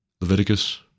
Leviticus